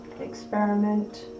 experiment